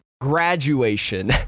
graduation